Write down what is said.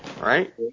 right